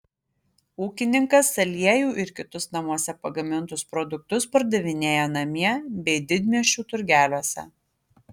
ūkininkas aliejų ir kitus namuose pagamintus produktus pardavinėja namie bei didmiesčių turgeliuose